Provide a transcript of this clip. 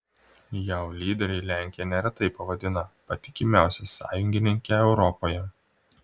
jav lyderiai lenkiją neretai pavadina patikimiausia sąjungininke europoje